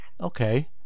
Okay